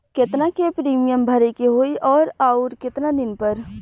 केतना के प्रीमियम भरे के होई और आऊर केतना दिन पर?